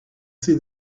see